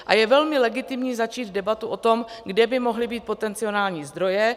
A je velmi legitimní začít debatu o tom, kde by mohly být potenciální zdroje.